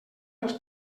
als